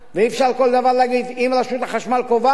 ואי-אפשר כל דבר להגיד: אם רשות החשמל קובעת,